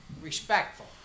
respectful